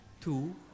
two